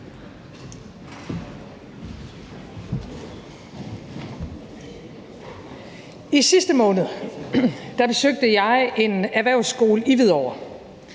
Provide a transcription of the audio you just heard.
I sidste måned besøgte jeg en erhvervsskole i Hvidovre.